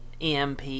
EMP